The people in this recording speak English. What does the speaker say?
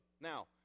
now